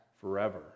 forever